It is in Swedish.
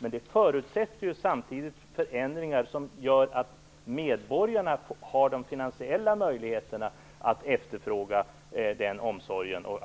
Men det förutsätter samtidigt förändringar som gör att medborgarna får de finansiella möjligheterna att efterfråga denna omsorg och